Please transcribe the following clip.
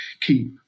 keep